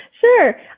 Sure